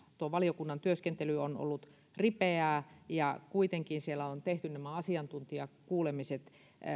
tuo valiokunnan työskentely on ollut ripeää ja kuitenkin siellä on tehty nämä asiantuntijakuulemiset